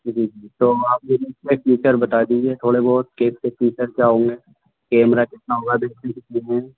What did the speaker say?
جی جی تو آپ فیچر بتا دیجیے تھوڑے بہت کہ اس کے فیچر کیا ہوں گے کیمرہ کتنا ہوگا ڈسپلے کتنی ہے